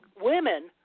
women